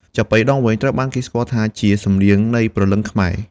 ចាប៉ីដងវែង ត្រូវបានគេស្គាល់ថាជា សំនៀងនៃព្រលឹងខ្មែរ។